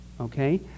Okay